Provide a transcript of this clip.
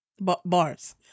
Bars